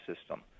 system